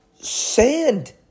sand